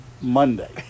Monday